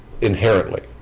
inherently